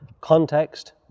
Context